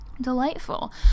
delightful